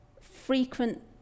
frequent